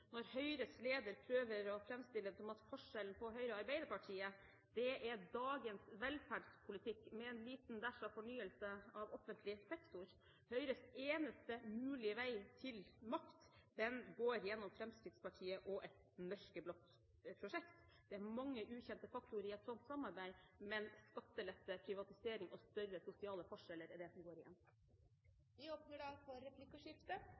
når Høyres leder prøver å framstille det som om forskjellen på Høyre og Arbeiderpartiet er dagens velferdspolitikk med en liten dash fornyelse av offentlig sektor. Høyres eneste mulige vei til makt går gjennom Fremskrittspartiet og et mørkeblått prosjekt. Det er mange ukjente faktorer i et slikt samarbeid, men skattelette, privatisering og større sosiale forskjeller er det som går igjen. Det blir replikkordskifte.